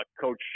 Coach